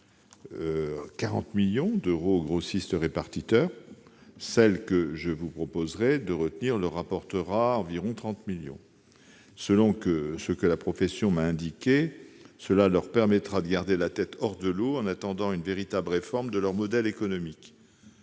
40 millions d'euros aux grossistes-répartiteurs. Celle que je vous proposerai de retenir leur rapportera environ 30 millions d'euros. D'après ce que m'a indiqué la profession, cela lui permettra de garder la tête hors de l'eau en attendant une véritable réforme de son modèle économique.